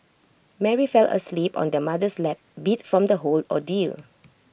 Mary fell asleep on their mother's lap beat from the whole ordeal